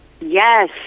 yes